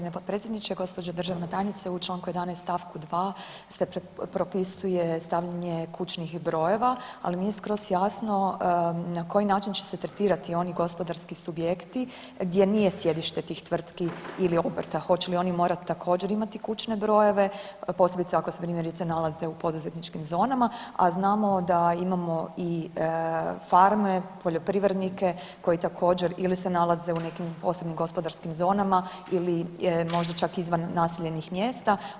Hvala g. potpredsjedniče, gđo. državna tajnice, u čl. 11 st. 2 se propisuje stavljanje kućnih brojeva, ali nije skroz jasno na koji način će se tretirati oni gospodarski subjekti gdje nije sjedište tih tvrtki ili obrta, hoće li oni morati, također, imati kućne brojeve, posebice, ako se, primjerice, nalaze u poduzetničkim zonama, a znamo da imamo i farme, poljoprivrednike koji također, ili se nalaze u nekim posebnim gospodarskim zonama ili možda čak izvan naseljenih mjesta.